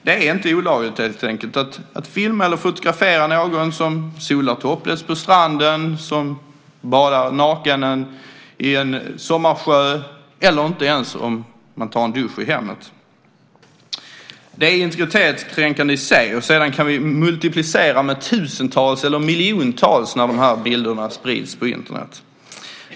Det är helt enkelt inte olagligt att filma eller fotografera någon som solar topless på stranden eller badar naken i en sommarsjö - inte ens någon som tar en dusch i hemmet. Det är integritetskränkande i sig, och sedan kan vi multiplicera med tusental eller miljontal när dessa bilder sprids på Internet.